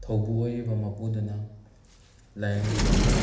ꯊꯧꯕꯨ ꯑꯣꯏꯔꯤꯕ ꯃꯄꯨꯗꯨꯅ ꯂꯥꯏꯌꯦꯡꯕꯤꯕ ꯑꯃ